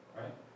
right